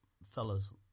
Fellas